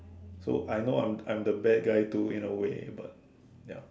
so I know I'm I'm the bad guy too in a way but ya